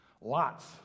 Lots